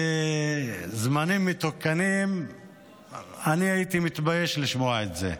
בזמנים מתוקנים אני הייתי מתבייש לשמוע את זה.